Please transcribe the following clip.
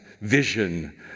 vision